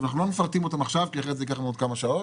אנחנו לא מפרטים אותן עכשיו כי אחרת זה ייקח לנו עוד כמה שעות.